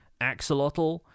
axolotl